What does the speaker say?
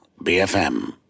BFM